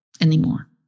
anymore